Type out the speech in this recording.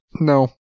No